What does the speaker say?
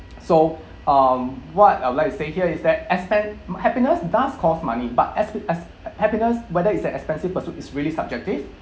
so um what I would like say here is that expen~ um happiness does cost money but as it as uh happiness whether it's an expensive pursuit it's really subjective